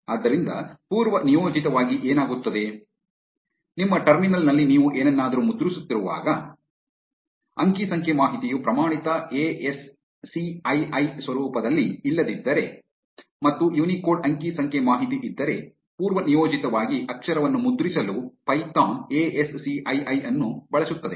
ಆದ್ದರಿಂದ ಪೂರ್ವನಿಯೋಜಿತವಾಗಿ ಏನಾಗುತ್ತದೆ ನಿಮ್ಮ ಟರ್ಮಿನಲ್ ನಲ್ಲಿ ನೀವು ಏನನ್ನಾದರೂ ಮುದ್ರಿಸುತ್ತಿರುವಾಗ ಅಂಕಿ ಸಂಖ್ಯೆ ಮಾಹಿತಿಯು ಪ್ರಮಾಣಿತ A S C I I ಸ್ವರೂಪದಲ್ಲಿ ಇಲ್ಲದಿದ್ದರೆ ಮತ್ತು ಯುನಿಕೋಡ್ ಅಂಕಿ ಸಂಖ್ಯೆ ಮಾಹಿತಿ ಇದ್ದರೆ ಪೂರ್ವನಿಯೋಜಿತವಾಗಿ ಅಕ್ಷರವನ್ನು ಮುದ್ರಿಸಲು Python A S C I I ಅನ್ನು ಬಳಸುತ್ತದೆ